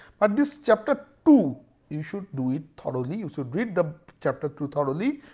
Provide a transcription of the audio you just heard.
but this chapter two you should do it thoroughly, you should read the chapter two thoroughly.